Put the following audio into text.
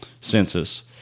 census